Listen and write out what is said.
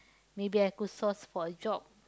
maybe I could source for a job